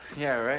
yeah, right.